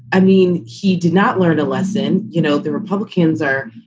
i mean, he did not learn a lesson. you know, the republicans are.